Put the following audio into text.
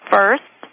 First